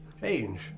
Change